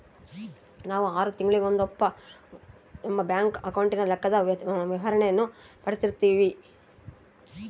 ನಾವು ಆರು ತಿಂಗಳಿಗೊಂದಪ್ಪ ನಮ್ಮ ಬ್ಯಾಂಕ್ ಅಕೌಂಟಿನ ಲೆಕ್ಕದ ವಿವರಣೇನ ಪಡೀತಿರ್ತೀವಿ